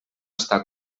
estar